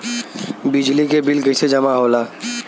बिजली के बिल कैसे जमा होला?